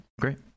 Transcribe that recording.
great